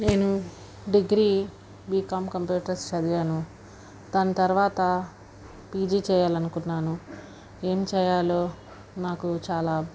నేను degree BCom computers చదివాను దాని తర్వాత పీజీ చేయాలనుకుంటున్నాను ఏం చేయాలో నాకు చాలా